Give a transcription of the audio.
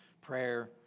prayer